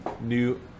New